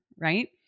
right